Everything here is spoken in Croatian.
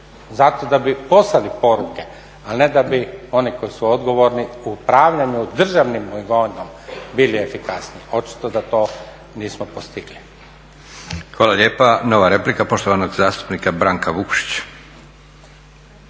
Zato da bi poslali poruke, ali ne da bi oni koji su odgovorni u upravljanju državnom imovinom bili efikasniji. Očito da to nismo postigli. **Leko, Josip (SDP)** Hvala lijepa. Nova replika poštovanog zastupnika Branka Vukšić.